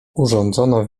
urządzono